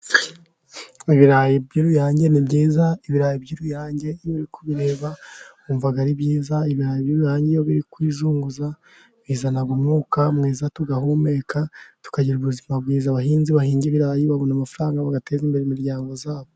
Ibirayi by'uruyange ni byiza. Ibirayi by' uruyange iyo uri kubireba wumva ari byiza. Ibirayi by'uruyange iyo biri kwizunguza bizana umwuka mwiza, tugahumeka, tukagira ubuzima bwiza. Abahinzi bahinga ibirayi, babona amafaranga bagateza imbere imiryango Yabo.